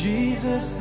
Jesus